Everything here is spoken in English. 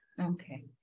Okay